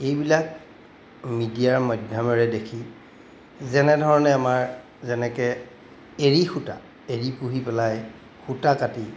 এইবিলাক মিডিয়াৰ মধ্যামেৰে দেখি যেনেধৰণে আমাৰ যেনেকৈ এৰীসূতা এৰী পুহি পেলাই সূতা কাটি